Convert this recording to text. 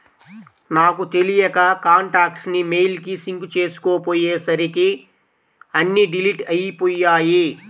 నాకు తెలియక కాంటాక్ట్స్ ని మెయిల్ కి సింక్ చేసుకోపొయ్యేసరికి అన్నీ డిలీట్ అయ్యిపొయ్యాయి